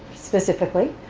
specifically.